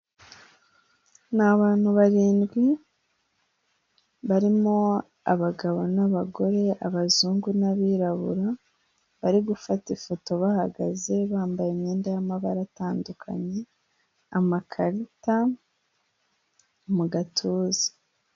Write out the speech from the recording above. Ni abantu barindwi barimo abagabo n'abagore, abazungu n'abirabura, bari gufata ifoto bahagaz,e bambaye imyenda y'amabara atandukanye amakarita mu gatuza.